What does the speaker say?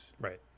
Right